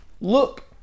look